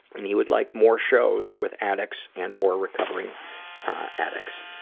and he would like more shows with addicts and or recovering addicts.